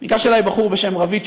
ניגש אלי בחור בשם רביד שרון,